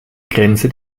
grenze